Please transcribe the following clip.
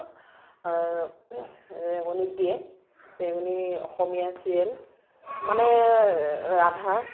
ৰেঙনিত দিয়ে ৰেঙনি অসমীয়া চিৰিয়েল মানে ৰাধা